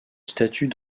statut